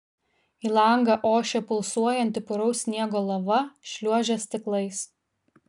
į langą ošė pulsuojanti puraus sniego lava šliuožė stiklais